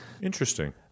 Interesting